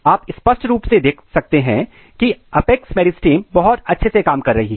आप स्पष्ट देख सकते हैं की अपेक्स मेरिस्टम बहुत अच्छे से काम कर रही है